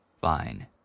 Fine